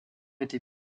été